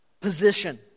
position